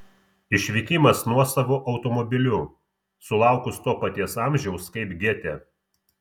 išvykimas nuosavu automobiliu sulaukus to paties amžiaus kaip gėtė